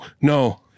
no